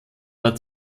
war